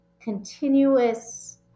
continuous